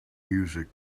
music